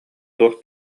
туох